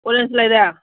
orange ꯂꯩꯔꯦ